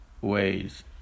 ways